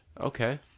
okay